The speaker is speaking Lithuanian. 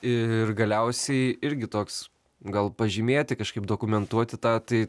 ir galiausiai irgi toks gal pažymėti kažkaip dokumentuoti tą tai